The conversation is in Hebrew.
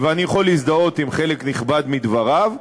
ואני יכול להזדהות עם חלק נכבד מדבריו,